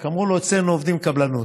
אמרו לו: אצלנו עובדים קבלנות.